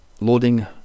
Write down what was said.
loading